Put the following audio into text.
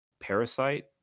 Parasite